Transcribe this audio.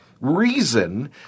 reason